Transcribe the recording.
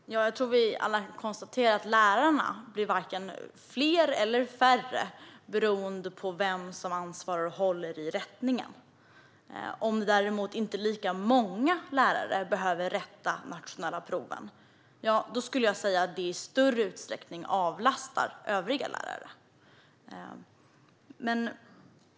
Fru talman! Jag tror att vi alla kan konstatera att lärarna varken blir fler eller färre beroende på vem som ansvarar för och håller i rättningen. Om det däremot är så att inte lika många lärare behöver rätta de nationella proven skulle jag säga att detta i större utsträckning avlastar övriga lärare.